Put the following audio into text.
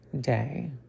day